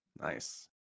Nice